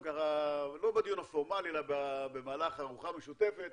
לא בדיון הפורמלי אלא במהלך ארוחה משותפת,